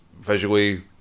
visually